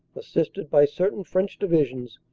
assisted by certain french divi sions,